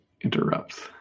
interrupts